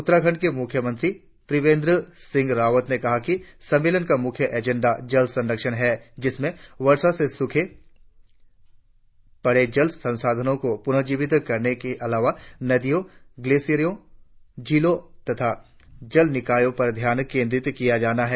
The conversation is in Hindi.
उत्तराखंड के मुख्यमंत्री त्रिवेंद्र सिंह रावत ने कहा सम्मेलन का मुख्य एजेंडा जल संरक्षण है जिसमें वर्षा से सूखे पड़े जल संसाधनों को पुनर्जीवित करने के अलावा नदियों ग्लेशियरों झीलों तथा जल निकायों पर ध्यान केंद्रित किया जाना है